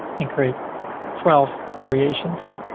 and create twelve variations.